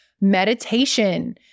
meditation